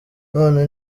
none